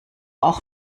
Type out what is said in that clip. auch